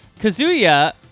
Kazuya